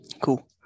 cool